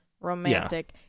romantic